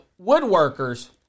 woodworkers